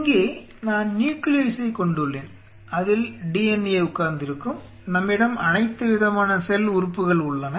இங்கே நான் நியூக்ளியஸை கொண்டுள்ளேன் அதில் DNA உட்கார்ந்திருக்கும் நம்மிடம் அனைத்து விதமான செல் உறுப்புகள் உள்ளன